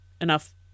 enough